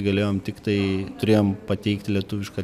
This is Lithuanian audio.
galėjom tiktai turėjom pateikti lietuvišką